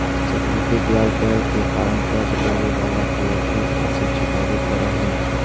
चक्रवृद्धि ब्याज दर के कारण कर्ज लेवे वाला के अधिक राशि चुकावे पड़ऽ हई